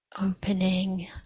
Opening